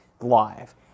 live